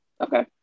okay